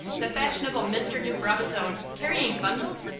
the fashionable mr. de brabazon carrying bundles?